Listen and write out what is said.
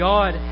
God